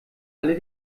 alle